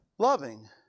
Loving